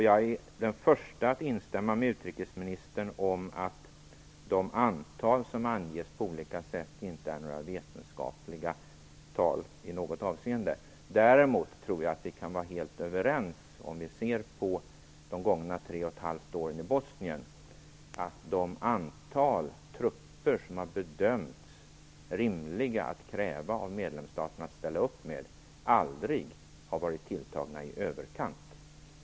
Jag är den förste att instämma med utrikesministern om att det antal som anges på olika sätt inte är några vetenskapliga tal i något avseende. Däremot tror jag att vi kan vara helt överens, om vi ser på de gångna tre och ett halvt åren i Bosnien, om att det antal trupper som har bedömts som rimligt att kräva att medlemsstaterna ställer upp med aldrig har varit tilltaget i överkant.